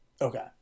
okay